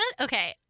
Okay